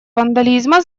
вандализма